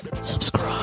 Subscribe